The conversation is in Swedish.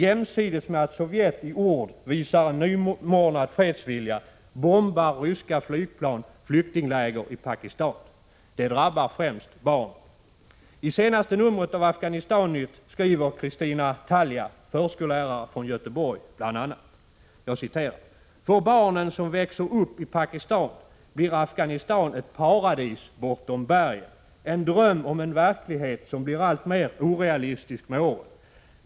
Jämsides med att Sovjet i ord visar nymornad fredsvilja, bombar ryska flygplan flyktingläger i Pakistan. Det drabbar främst barnen. I senaste numret av Afghanistan-Nytt skriver Kristina Talja, förskollärare från Göteborg, bl. a: ”För barnen som växer upp i Pakistan blir Afghanistan ett paradis bortom bergen, en dröm om en verklighet som blir allt mer orealistisk med åren.